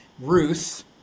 Ruth